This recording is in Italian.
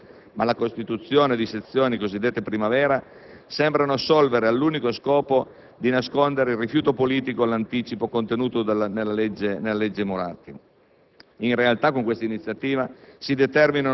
dei bambini che ne avevano le capacità riconosciute. Ma la costituzione di sezioni cosiddette primavera sembra assolvere all'unico scopo di nascondere il rifiuto politico dell'anticipo contenuto nella cosiddetta